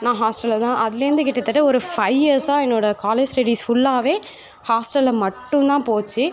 நான் ஹாஸ்டல்ல தான் அதில் இருந்து கிட்டத்தட்ட ஒரு ஃபை இயர்ஸாக என்னோடய காலேஜ் ஸ்டடிஸ் ஃபுல்லாகவே ஹாஸ்டல்ல மட்டும் தான் போச்சு